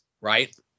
right